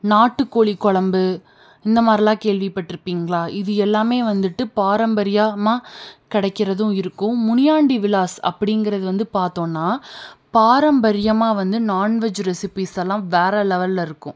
நாட்டுக்கோழி குழம்பு இந்த மாரிலாம் கேள்வி பட்டுருப்பிங்களா இது எல்லாம் வந்துட்டு பாரம்பரியமாக கிடைக்கிறதும் இருக்கும் முனியாண்டி விலாஸ் அப்டிங்கிறத வந்து பாத்தோம்னா பாரம்பரியமாக வந்து நான்வெஜ் ரெசிப்பீஸ் எல்லாம் வேறு லெவல்லருக்கும்